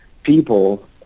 people